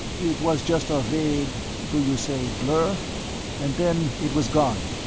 it was just a vague do you say blur and then it was gone.